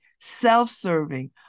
self-serving